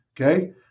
Okay